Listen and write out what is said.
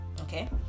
okay